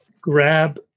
grab